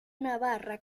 navarra